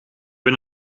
ben